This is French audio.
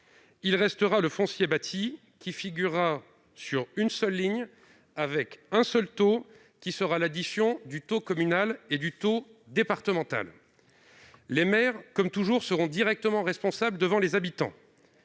Il restera le foncier bâti, qui figurera sur une seule ligne avec un seul taux, résultant de l'addition du taux communal et du taux départemental. Les maires, comme toujours, seront directement responsables devant les habitants.